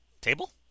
Table